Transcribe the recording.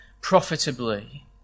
profitably